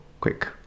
quick